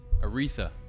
Aretha